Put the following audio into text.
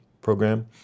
program